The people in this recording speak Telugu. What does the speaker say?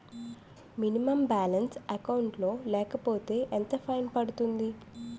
మినిమం బాలన్స్ అకౌంట్ లో లేకపోతే ఎంత ఫైన్ పడుతుంది?